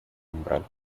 umbral